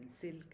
silk